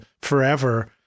forever